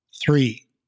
three